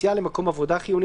יציאה למקום עבודה חיוני,